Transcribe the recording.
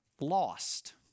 lost